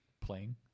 playing